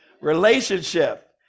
Relationship